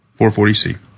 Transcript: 440C